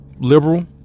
liberal